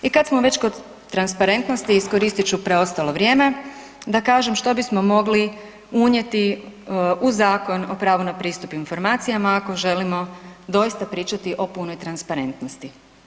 I kad smo već kod transparentnosti iskoristit ću preostalo vrijeme da kažem što bismo mogli unijeti u Zakon o pravu na pristup informacijama ako želimo doista pričati o punoj transparentnosti.